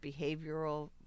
behavioral